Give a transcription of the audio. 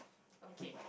okay